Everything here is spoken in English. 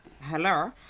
hello